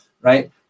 Right